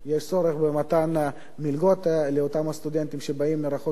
יש צורך במתן מלגות לאותם הסטודנטים שבאים מרחוק כדי